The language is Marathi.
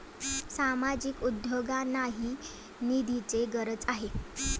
सामाजिक उद्योगांनाही निधीची गरज आहे